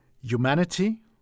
Humanity